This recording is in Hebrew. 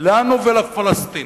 לנו ולפלסטינים.